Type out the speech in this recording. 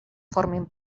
formin